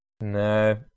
No